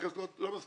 מכס לא מספיק.